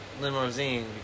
limousine